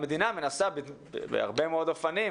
המדינה מנסה בהרבה מאוד אופנים,